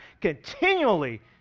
continually